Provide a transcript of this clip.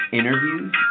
interviews